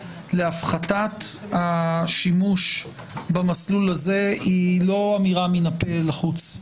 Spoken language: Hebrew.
להפחתת השימוש במסלול הזה היא לא אמירה מן הפה אל החוץ.